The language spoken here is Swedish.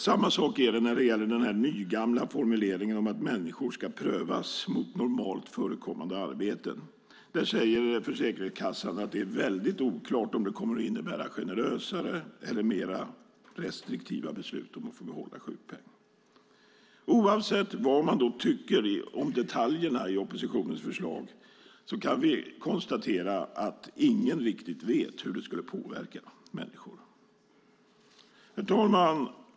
Samma sak är det när det gäller den nygamla formuleringen om att människor ska prövas mot normalt förekommande arbeten. Försäkringskassan säger att det är oklart om det kommer att innebära generösare eller mer restriktiva beslut om att få behålla sjukpenning. Oavsett vad man tycker om detaljerna i oppositionens förslag kan vi konstatera att ingen riktigt vet hur det skulle påverka människor. Herr talman!